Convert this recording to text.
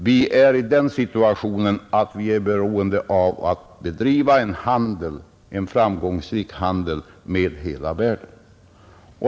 Vi är i den situationen att vi är beroende av att bedriva en framgångsrik handel med hela världen.